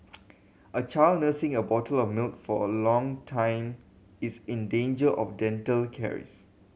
a child nursing a bottle of milk for a long time is in danger of dental caries